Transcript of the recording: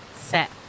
set